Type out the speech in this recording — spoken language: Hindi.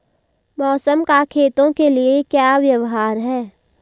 मौसम का खेतों के लिये क्या व्यवहार है?